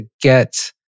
get